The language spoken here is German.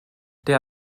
der